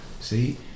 see